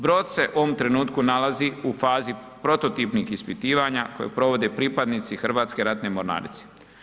Brod se u ovom trenutku nalazi u fazi prototipnih ispitivanja koju provode pripadnici Hrvatske ratne mornarice.